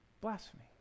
Blasphemy